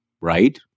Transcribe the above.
right